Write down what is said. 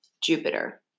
Jupiter